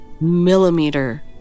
millimeter